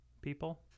people